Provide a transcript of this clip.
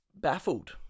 baffled